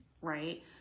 Right